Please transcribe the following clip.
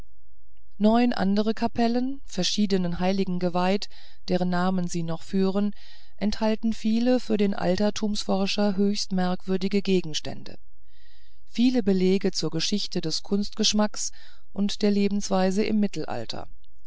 neun andere kapellen verschiedenen heiligen geweiht deren namen sie noch führen enthalten viele für den altertumsforscher höchst merkwürdige gegenstände viele belege zur geschichte des kunstgeschmacks und der lebensweise im mittelalter